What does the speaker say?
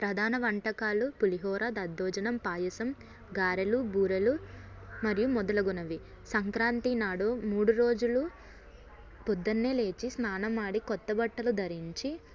ప్రధాన వంటకాలు పులిహోర దద్దోజనం పాయసం గారెలు బూరెలు మరియు మొదలగునవి సంక్రాంతి నాడు మూడు రోజులు పొద్దునే లేచి స్నానమాడి క్రొత్త బట్టలు ధరించి